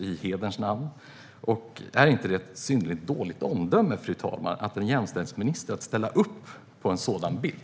Och tyder det inte på ett synnerligen dåligt omdöme, fru talman, när en jämställdhetsminister ställer upp på en sådan bild?